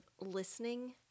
listening